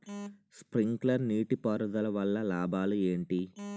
Sprinkler నీటిపారుదల వల్ల లాభాలు ఏంటి?